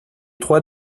trois